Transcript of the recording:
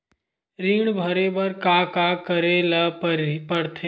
ऋण भरे बर का का करे ला परथे?